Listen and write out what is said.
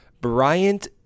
Bryant